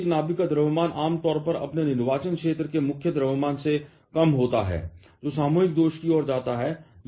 एक नाभिक का द्रव्यमान आम तौर पर अपने निर्वाचन क्षेत्र के संयुक्त द्रव्यमान से कम होता है जो सामूहिक दोष की ओर जाता है